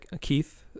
Keith